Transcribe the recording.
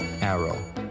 Arrow